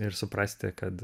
ir suprasti kad